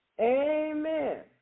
Amen